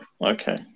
okay